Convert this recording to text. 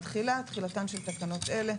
תחילה 7. תחילתן של תקנות אלה,